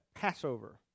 passover